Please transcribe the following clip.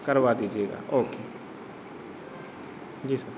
करवा दीजिएगा ओके जी सर